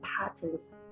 patterns